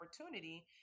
opportunity